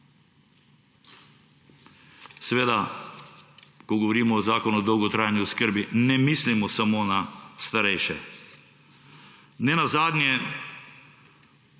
Seveda, ko govorimo o zakonu o dolgotrajni oskrbi, ne mislimo samo na starejše. Nenazadnje